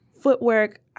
footwork